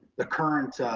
the current